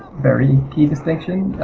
very key distinction.